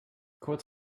kurz